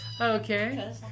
Okay